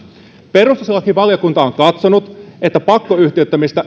perustuslakivaliokunta on katsonut että pakkoyhtiöittämistä